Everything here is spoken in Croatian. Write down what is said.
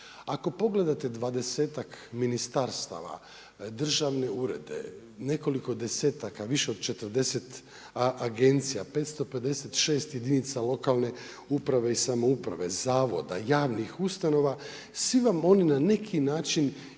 Ako pogledate 20-tak ministarstava, državne urede, nekoliko 10-taka, više od 40 agencije 556 jedinica lokalne uprave i samouprave, zavoda, javnih ustanova, svi vam oni na neki način imaju